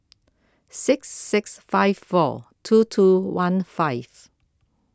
six six five four two two one five